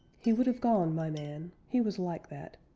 he would have gone, my man he was like that.